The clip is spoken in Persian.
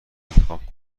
انتخاب